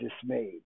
dismayed